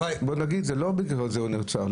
בוא נגיד, זה לא בגלל זה הוא נעצר.